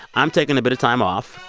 i'm taking a bit of time off.